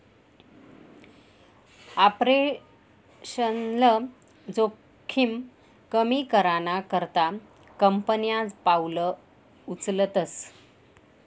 operational जोखिम कमी कराना करता कंपन्या पावलं उचलतस